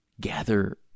gather